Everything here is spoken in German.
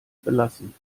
belassen